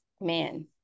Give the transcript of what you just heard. man